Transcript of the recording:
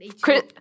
Chris